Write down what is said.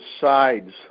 sides